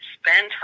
spend